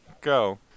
Go